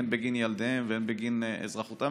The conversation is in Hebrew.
הן בגין ילדיהם והן בגין אזרחותם,